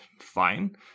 fine